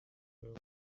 well